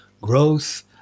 growth